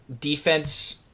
defense